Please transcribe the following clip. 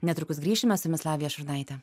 netrukus grįšime su jumis lavija šurnaitė